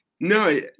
No